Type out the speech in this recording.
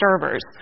servers